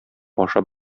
ашап